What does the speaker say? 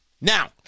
Now